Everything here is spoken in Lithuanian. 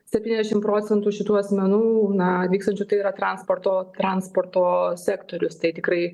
septyniasdešimt procentų šitų asmenų na vykstančių tai yra transporto transporto sektorius tai tikrai